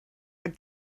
heb